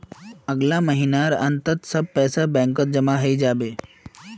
अगला महीनार अंत तक सब पैसा बैंकत जमा हइ जा बे